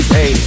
Hey